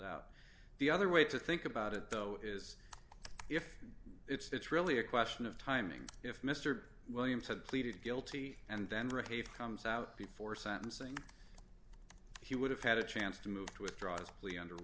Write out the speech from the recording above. doubt the other way to think about it though is if it's really a question of timing if mr williams had pleaded guilty and then repaved comes out before sentencing he would have had a chance to move to withdraw his plea under